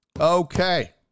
okay